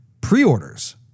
Pre-orders